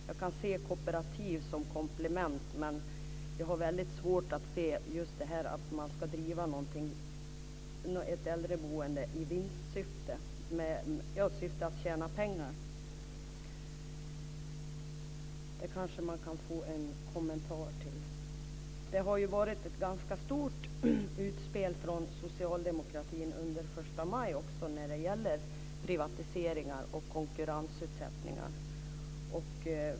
Jag kan se kooperativ som komplement, men jag har väldigt svårt att se att man ska driva ett äldreboende med syfte att tjäna pengar. Det kanske man kan få en kommentar till. Det var ju också ganska stora utspel från socialdemokratin på förstamaj när det gäller privatiseringar och konkurrensutsättningar.